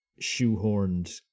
shoehorned